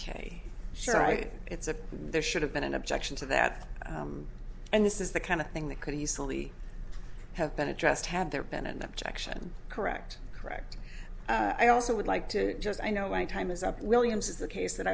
should i it's a there should have been an objection to that and this is the kind of thing that could easily have been addressed had there been an objection correct correct i also would like to just i know when time is up williams is the case that